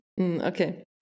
okay